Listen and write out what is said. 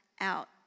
out